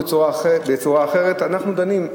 בצורה כזו ובצורה אחרת אנחנו דנים,